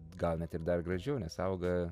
gal net ir dar gražiau nes auga